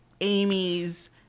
Amy's